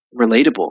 relatable